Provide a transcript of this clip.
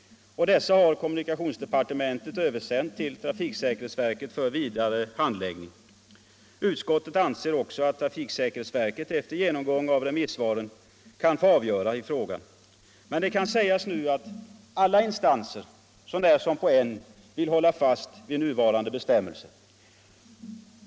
Och remissvaren har kommunikationsdepartementet översänt till trafiksäkerhetsverket för vidare handläggning. Utskottet anser också att trafiksäkerhetsverket efter genomgång av re = Nr 20 missvaren kan få avgöra i frågan. Men det kan sägas nu att alla instanser, Onsdagen den så när som på en, vill helt hålla fast vid nuvarande bestämmelser.